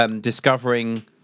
discovering